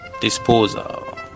disposal